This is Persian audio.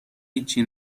هیچی